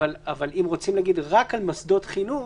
אבל אם רוצים לדבר על מוסדות חינוך,